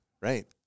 Right